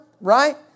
right